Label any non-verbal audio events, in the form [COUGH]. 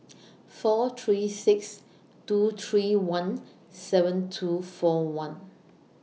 [NOISE] four three six two three one seven two four one